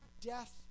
Death